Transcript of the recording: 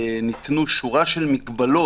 במכתב הוצגה שורה של מגבלות,